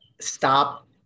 stop